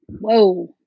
Whoa